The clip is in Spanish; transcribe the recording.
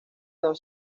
don